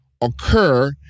occur